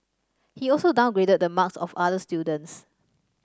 he also downgraded the marks of other students